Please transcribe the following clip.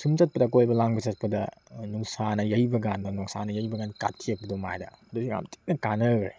ꯁꯨꯝ ꯆꯠꯄꯗ ꯀꯣꯏꯕ ꯂꯥꯡꯕ ꯆꯠꯄꯗ ꯅꯨꯡꯁꯥꯅ ꯌꯩꯕꯀꯥꯟꯗ ꯅꯨꯡꯁꯥꯅ ꯌꯩꯕꯀꯥꯟ ꯀꯥꯊꯦꯛꯄꯗꯣ ꯃꯥꯏꯗ ꯑꯗꯨꯁꯨ ꯌꯥꯝ ꯊꯤꯅ ꯀꯥꯅꯈ꯭ꯔꯦ